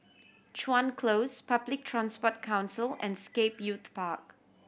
Chuan Close Public Transport Council and Scape Youth Park